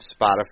Spotify